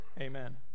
amen